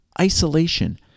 isolation